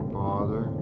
father